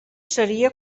seria